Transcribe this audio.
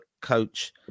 coach